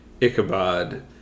Ichabod